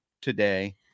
today